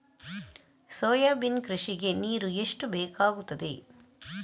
Soybean ಕೃಷಿಗೆ ನೀರು ಎಷ್ಟು ಬೇಕಾಗುತ್ತದೆ?